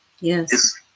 yes